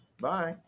bye